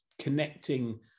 connecting